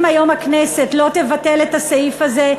אם היום הכנסת לא תבטל את הסעיף הזה,